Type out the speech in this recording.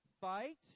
Fight